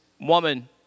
woman